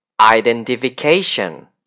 Identification